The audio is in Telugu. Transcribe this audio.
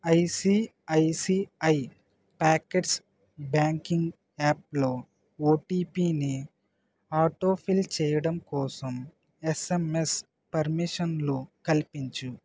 ఐసిఐసిఐ ప్యాకెట్స్ బ్యాంకింగ్ యాప్లో ఓటిపిని ఆటోఫిల్ చేయడం కోసం ఎస్ఎంఎస్ పర్మిషన్లు కల్పించు